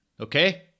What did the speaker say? Okay